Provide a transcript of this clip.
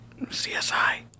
CSI